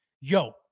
Yo